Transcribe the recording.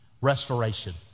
restoration